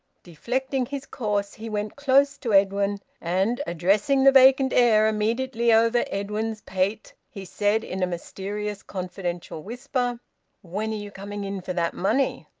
deflecting his course, he went close to edwin, and, addressing the vacant air immediately over edwin's pate, he said in a mysterious, confidential whisper when are you coming in for that money?